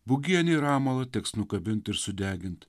bugienį ir amalą teks nukabint ir sudegint